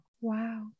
Wow